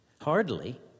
hardly